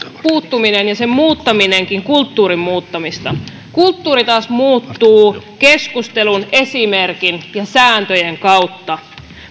puuttuminen ja sen muuttaminenkin kulttuurin muuttamista kulttuuri taas muuttuu keskustelun esimerkin ja sääntöjen kautta